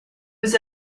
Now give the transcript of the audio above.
was